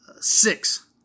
six